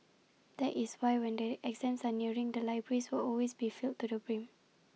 that is why when the exams are nearing the libraries will always be filled to the brim